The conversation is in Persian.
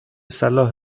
صلاح